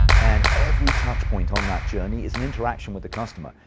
and every touch point on that journey is an interaction with the customer.